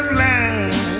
land